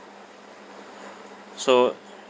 so